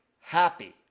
happy